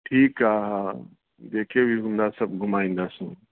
ठीकु आहे हा जेके बि हूंदा सभु घुमाईंदासीं